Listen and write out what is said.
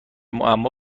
معما